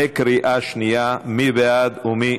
בקריאה שנייה, מי בעד ומי